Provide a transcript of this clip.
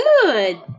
good